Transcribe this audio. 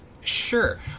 Sure